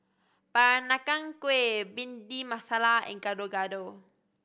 Peranakan Kueh Bhindi Masala and Gado Gado